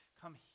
come